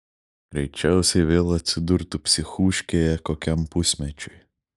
greičiausiai vėl atsidurtų psichūškėje kokiam pusmečiui